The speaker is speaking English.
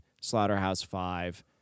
Slaughterhouse-Five